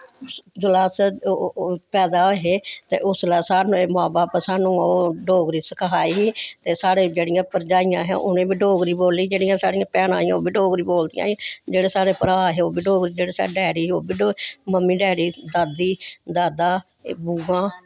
जिसलै अस पैदा होए हे उसलै साढ़े मां बब्ब साह्नू डोगरी सखाई ही ते जोह्ड़ियां साढ़ियां परजाईयां हां उनें बी डोगरी बोल्ली जेह्ड़ियां भैनां ही ओह् बी डोगरी बोलदियां हां जेह्ड़े साढ़े भ्राह् हे ओह् बी डोगरी जेह्ड़े साढ़े डैड़ी हे ओह् बी डोगरी मम्मी डैड़ी दादी दादा बुआ